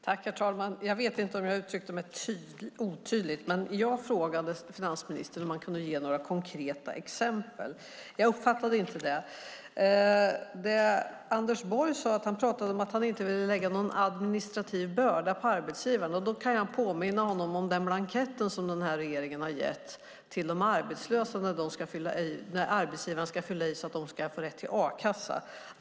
Herr talman! Jag vet inte om jag uttryckte mig otydligt. Jag frågade finansministern om han kunde ge några konkreta exempel. Jag uppfattade inte det. Anders Borg talade om att han inte ville lägga någon administrativ börda på arbetsgivaren. Jag kan påminna honom om den blankett som regeringen har gett till de arbetslösa som arbetsgivaren ska fylla i så att de ska få rätt till a-kassa.